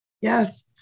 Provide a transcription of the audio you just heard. Yes